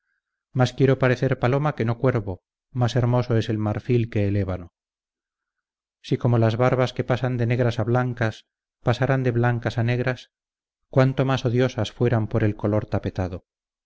más quiero parecer paloma que no cuervo más hermoso es el marfil que el ébano si como las barbas que pasan de negras a blancas pasaran de blancas a negras cuánto mas odiosas fueran por el color tapetado